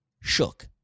shook